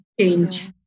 change